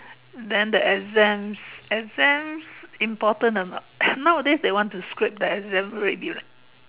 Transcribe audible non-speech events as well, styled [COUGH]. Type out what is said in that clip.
then the exams exams important or not [BREATH] nowadays they want to scrape the exams already leh